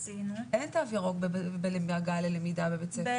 אין תו ירוק בהגעה ללמידה בבית ספר.